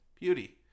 Beauty